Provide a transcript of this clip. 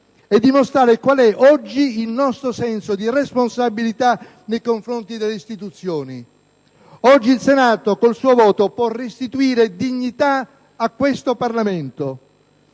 e dimostrare qual è oggi il nostro senso di responsabilità nei confronti delle istituzioni. Oggi il Senato con il suo voto può restituire dignità al Parlamento.